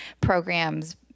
programs